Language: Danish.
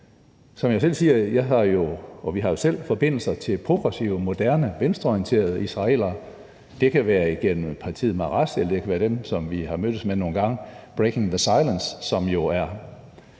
Som jeg siger, har vi jo selv forbindelser til progressive moderne venstreorienterede israelere – det kan være igennem partiet Meretz, eller det kan være dem, som vi har mødtes med nogle gange, Breaking the Silence, som jo er